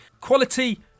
quality